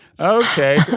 Okay